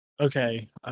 Okay